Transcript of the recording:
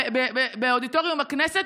באודיטוריום הכנסת,